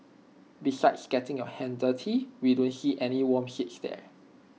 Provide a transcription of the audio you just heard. besides getting your hands dirty we don't see any warm seats there